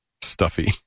Stuffy